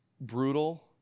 Brutal